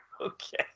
Okay